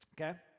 okay